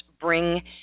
bring